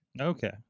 Okay